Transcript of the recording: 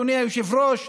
אדוני היושב-ראש,